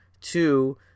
two